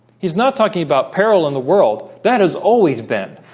he's not talking about peril in the world that has always been